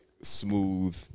smooth